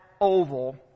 oval